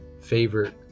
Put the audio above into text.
favorite